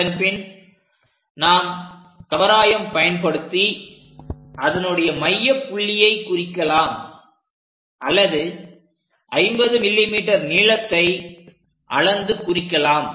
அதன்பின் நாம் கவராயம் பயன்படுத்தி அதனுடைய மையப்புள்ளியை குறிக்கலாம் அல்லது 50 mm நீளத்தை அளந்து குறிக்கலாம்